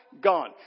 gone